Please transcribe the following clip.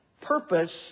purpose